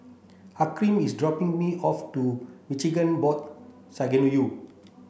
Hakim is dropping me off to Maghain Aboth Synagogue